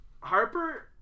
Harper